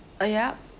uh yup